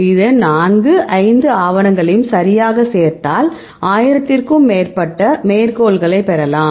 இந்த 4 5 ஆவணங்களையும் சரியாகச் சேர்த்தால் 1000 க்கும் மேற்பட்ட மேற்கோள்களைப் பெறலாம்